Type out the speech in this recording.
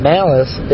Malice